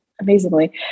amazingly